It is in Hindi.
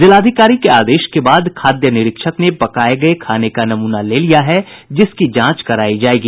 जिलाधिकारी के आदेश के बाद खाद्य निरीक्षक ने पकाये गये खाने का नमूना ले लिया है जिसकी जांच करायी जायेगी